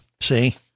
See